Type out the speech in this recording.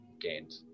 gained